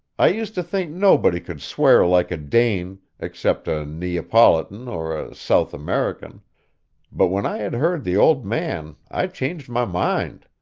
i used to think nobody could swear like a dane, except a neapolitan or a south american but when i had heard the old man i changed my mind.